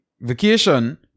vacation